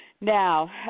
Now